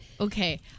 Okay